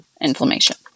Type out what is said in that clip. inflammation